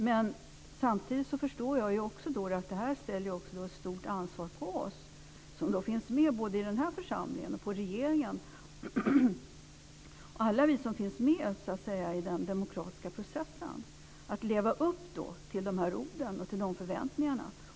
Men samtidigt förstår jag också att detta medför ett stort ansvar för oss som finns med både i den här församlingen och i regeringen - alla som finns med i den demokratiska processen - när det gäller att leva upp till de här orden och förväntningarna.